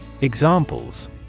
Examples